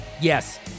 Yes